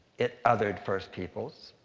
it othered first peoples.